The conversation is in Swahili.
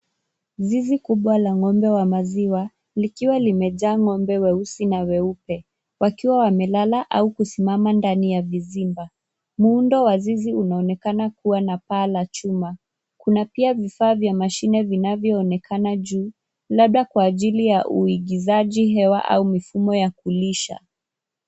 Zizi kubwa la ng'ombe wa maziwa likiwa limejaa ng'ombe weusi na weupe wakiwa wamelala au kusimama ndani ya vizimba. Muundo wa zizi unaonekana kuwa na paa la chuma. Kuna pia vifaa vya mashine vinavyoonekana juu labda kwa ajili ya uingizaji hewa au mifumo ya kulisha.